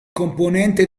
componente